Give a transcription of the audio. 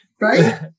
Right